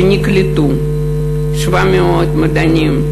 700 מדענים,